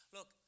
Look